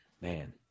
Man